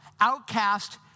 outcast